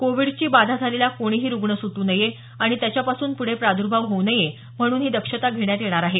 कोविडची बाधा झालेला कोणीही रुग्ण सुटू नये आणि त्याच्यापासून पुढे प्रादुर्भाव होऊ नये म्हणून ही दक्षता घेण्यात येणार आहे